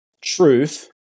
truth